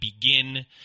begin